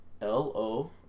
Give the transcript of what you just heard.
L-O-